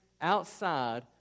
outside